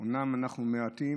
אומנם אנחנו מעטים,